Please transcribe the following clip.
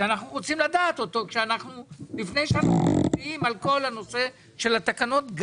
אנחנו רוצים לדעת אותו לפני שאנחנו מצביעים על כל הנושא של התקנות.